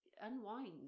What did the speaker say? unwind